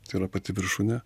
tai yra pati viršūnė